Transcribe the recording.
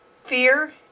Fear